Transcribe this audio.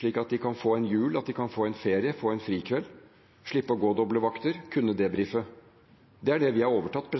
slik at de kan få en jul, at de kan få en ferie, få en frikveld, slippe å gå doble vakter, kunne debrife. Det er det vi har overtatt,